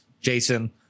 Jason